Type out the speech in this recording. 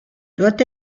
doit